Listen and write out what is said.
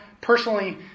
personally